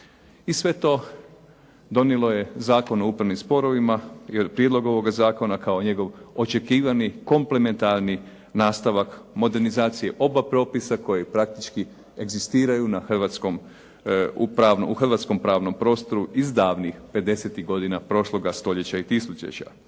I sve to donijelo je Zakon o upravnim sporovima, jer prijedlog ovoga zakona kao njegov očekivani komplementarni nastavak modernizacije oba propisa koja praktički u hrvatskom pravnom prostoru iz davnih pedesetih godina prošloga stoljeća i tisućljeća.